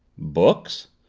books?